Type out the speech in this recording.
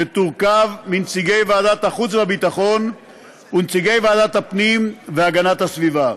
שתורכב מנציגי ועדת החוץ והביטחון ונציגי ועדת הפנים והגנת הסביבה.